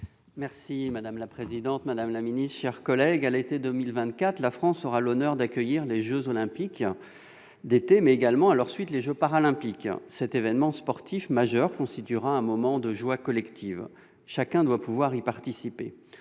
Madame la présidente, madame la secrétaire d'État, mes chers collègues, à l'été 2024, la France aura l'honneur d'accueillir les jeux Olympiques d'été, mais également, à leur suite, les jeux Paralympiques. Cet événement sportif majeur constituera un moment de joie collective. Chacun doit pouvoir y participer.